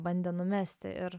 bandė numesti ir